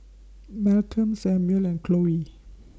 Malcolm Samuel and Khloe